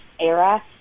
era